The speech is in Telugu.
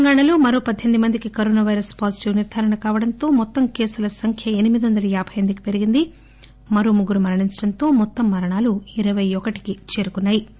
తెలంగాణలో మరో పద్దెనిమిది మందికి కరోనా పైరస్ పాజిటివ్ నిర్గారణ కావడంతో మొత్తం కేసుల సంఖ్య ఎనిమిది వందల యాబై ఎనిమిదికి పెరిగింది మరో ముగ్గురు మరణించడంతో మొత్తం మరణాలు ఇరవై ఒకటికి చేరుకున్నా యి